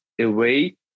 away